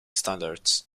standards